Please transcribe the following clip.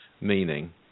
meaning